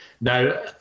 Now